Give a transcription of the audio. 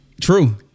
True